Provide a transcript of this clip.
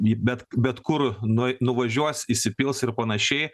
į bet bet kur nuei nuvažiuos įsipils ir panašiai